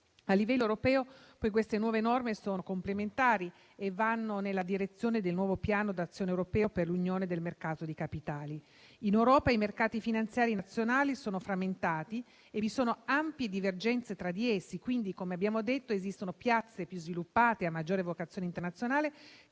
A livello europeo, queste nuove norme sono complementari e vanno nella direzione del nuovo piano d'azione europeo per l'unione del mercato dei capitali. In Europa i mercati finanziari nazionali sono frammentati e vi sono ampie divergenze tra di essi. Come abbiamo detto, quindi, esistono piazze più sviluppate, a maggiore vocazione internazionale